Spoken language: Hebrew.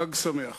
חג שמח.